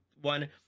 one